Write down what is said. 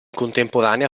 contemporanea